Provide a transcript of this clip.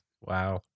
Wow